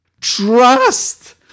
Trust